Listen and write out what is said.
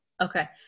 okay